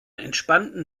entspannten